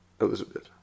Elizabeth